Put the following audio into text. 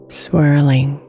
swirling